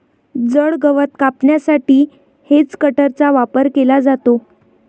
जड गवत कापण्यासाठी हेजकटरचा वापर केला जातो